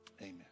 Amen